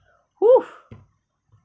!woo!